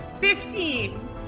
Fifteen